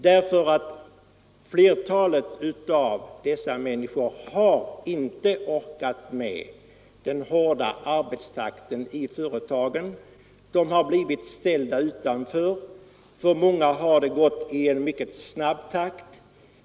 Den visar att flertalet av dessa människor inte har orkat med den hårda arbetstakten i företagen. De har blivit ställda utanför. För många har det gått utför i mycket snabb takt.